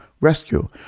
rescue